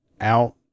out